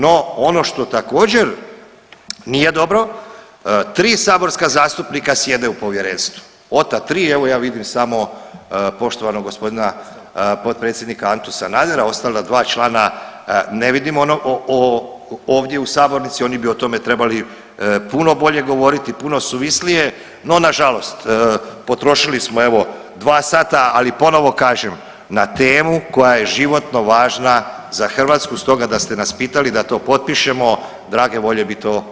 No ono što također nije dobro, 3 saborska zastupnika sjede u povjerenstva, od ta 3 evo ja vidim samo poštovanog g. potpredsjednika Antu Sanadera, ostala dva člana ne vidim ovdje u sabornici, oni bi o tome trebali puno bolje govoriti, puno suvislije, no nažalost potrošili smo evo dva sata, ali ponovo kažem na temu koja je životno važna za Hrvatsku, stoga da ste nas pitali da to potpišemo drage volje bi to učinili.